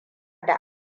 da